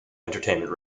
entertainment